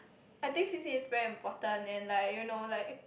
I think C_C_A is very important and like you know like